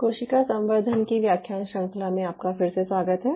कोशिका संवर्धन की व्याख्यान श्रृंखला में आपका फिर से स्वागत है